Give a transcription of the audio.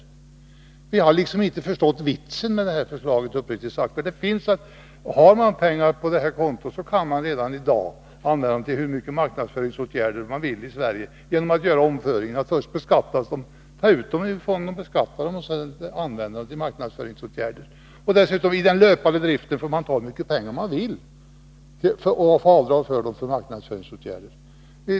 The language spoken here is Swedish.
Torsdagen den Vi har uppriktigt sagt inte förstått vitsen med det här förslaget. Har man 7 april 1983 pengar på kontot, så kan man nämligen redan i dag använda dem till hur många marknadsföringsåtgärder i Sverige man vill genom att föra över dem. Sedan man tagit ut medlen ur fonden skall man först beskatta dem och sedan använda dem till marknadsföringsåtgärder. I den löpande driften får man använda hur mycket pengar man vill för marknadsföringsåtgärder och sedan göra avdrag för kostnaderna.